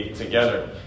Together